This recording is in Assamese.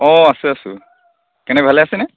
অঁ আছে আছোঁ কেনে ভালে আছেনে